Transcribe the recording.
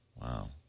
Wow